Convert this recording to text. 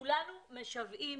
כולנו משוועים,